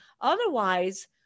Otherwise-